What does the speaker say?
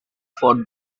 for